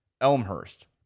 Elmhurst